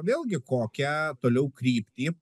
vėlgi kokią toliau kryptį